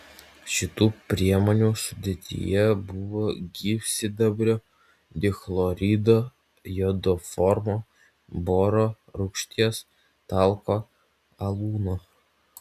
šitų priemonių sudėtyje buvo gyvsidabrio dichlorido jodoformo boro rūgšties talko alūno